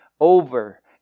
over